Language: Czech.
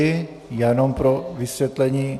Já jenom pro vysvětlení.